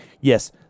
yes